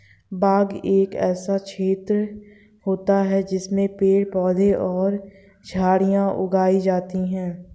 बाग एक ऐसा क्षेत्र होता है जिसमें पेड़ पौधे और झाड़ियां उगाई जाती हैं